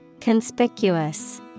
Conspicuous